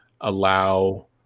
allow